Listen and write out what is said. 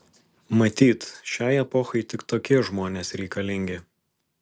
matyt šiai epochai tik tokie žmonės reikalingi